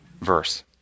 verse